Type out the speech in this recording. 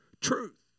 truth